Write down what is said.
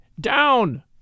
Down